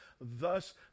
Thus